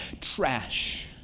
trash